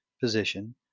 position